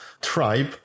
tribe